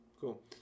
Cool